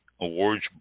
Awards